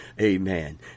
Amen